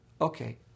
Okay